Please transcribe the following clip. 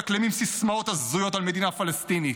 מדקלמים סיסמאות הזויות על מדינה פלסטינית.